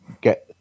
get